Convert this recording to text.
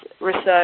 research